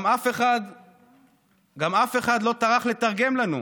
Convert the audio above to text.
גם אף אחד לא טרח לתרגם לנו.